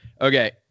okay